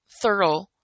thorough